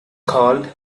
called